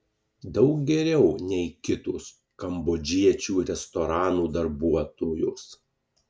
daug geriau nei kitos kambodžiečių restoranų darbuotojos